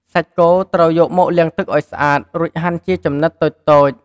សាច់គោត្រូវយកមកលាងទឹកឱ្យស្អាត រួចហាន់ជាចំណិតតូចៗ។